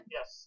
Yes